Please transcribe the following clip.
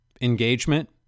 engagement